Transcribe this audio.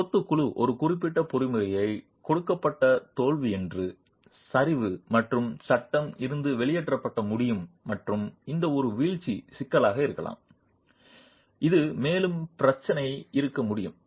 கொத்து குழு ஒரு குறிப்பிட்ட பொறிமுறையை கொடுக்கப்பட்ட தோல்வி என்று சரிவு மற்றும் சட்ட இருந்து வெளியேற்றப்பட முடியும் மற்றும் இந்த ஒரு வீழ்ச்சி சிக்கலாக இருக்கலாம் இது மேலும் பிரச்சனை இருக்க முடியும்